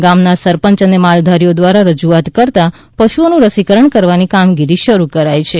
ગામના સરપંચ અને માલધારીઓ દ્વારા રજુઆત કરતા પશુઓનુ રસીકરણ કરવાની કામગીરી શરૂ કરાઇ છે